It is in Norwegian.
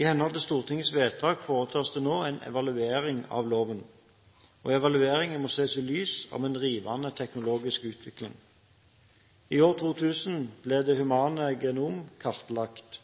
I henhold til Stortingets vedtak foretas det nå en evaluering av loven. Evalueringen må ses i lys av en rivende teknologisk utvikling. I 2000 ble det humane genom kartlagt.